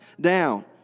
down